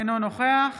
אינו נוכח